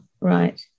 Right